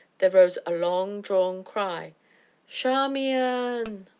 there rose a long-drawn cry charmian!